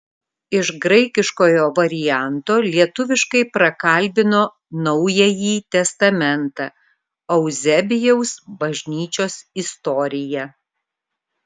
iš graikiškojo varianto lietuviškai prakalbino naująjį testamentą euzebijaus bažnyčios istoriją